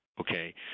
Okay